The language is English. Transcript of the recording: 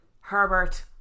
herbert